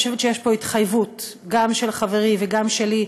אני חושבת שיש פה התחייבות גם של חברי וגם שלי,